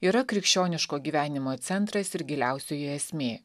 yra krikščioniško gyvenimo centrais ir giliausioji esmė